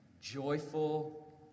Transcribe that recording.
joyful